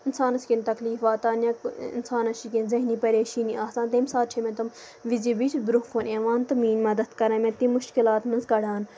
اِنسانَس کیٚنہہ تَکلیٖف واتان یا اِنسانَس چھِ کیٚنہہ ذہنی پَریشٲنی آسان تَمہِ ساتہٕ چھِ مےٚ تِم وِزِ وِز برونٛہہ کُن یِوان تہٕ میٲنۍ مددھ کران مےٚ تمہِ مُشکِلات منٛز کَڑان